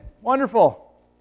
Wonderful